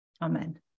amen